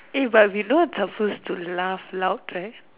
eh but we not supposed to laugh loud right